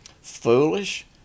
foolish